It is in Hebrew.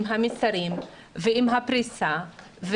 עם המסרים ועם הפריסה,